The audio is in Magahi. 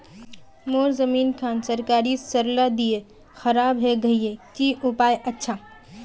मोर जमीन खान सरकारी सरला दीया खराब है गहिये की उपाय अच्छा?